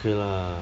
对 lah